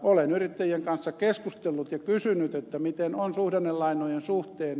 olen yrittäjien kanssa keskustellut ja kysynyt miten on suhdannelainojen suhteen